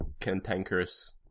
cantankerous